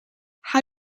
how